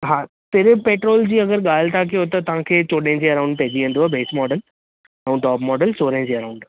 हा सिर्फ़ु पेट्रोल जी अगरि ॻाल्हि था कयो त तव्हांखे चोॾहें अराउंड पइजी वेंदो बेस मॉडल ऐं टॉप मॉडल सोरहें जे अराउंड